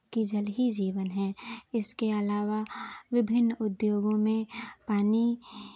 की जल ही जीवन है इसके आलवा विभिन्न उद्योगों में पानी